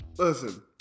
Listen